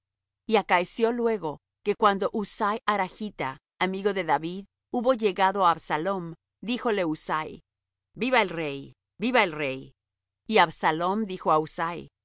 y acaeció luego que como husai arachta amigo de david hubo llegado á absalom díjole husai viva el rey viva el rey y absalom dijo á husai